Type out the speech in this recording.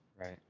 Right